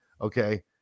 okay